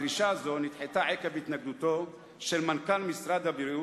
דרישה זו נדחתה עקב התנגדותו של מנכ"ל משרד הבריאות,